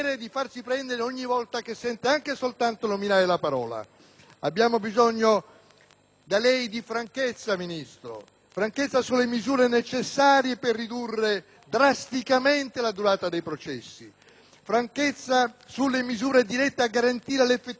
da lei di franchezza, signor Ministro: franchezza sulle misure necessarie per ridurre drasticamente la durata dei processi, franchezza sulle misure dirette a garantire l'effettività della pena, franchezza sulla garanzia di indipendenza dei magistrati. Poco fa,